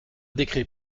décret